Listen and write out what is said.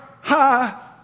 high